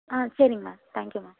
ஆ சரி ma'am thank you ma'am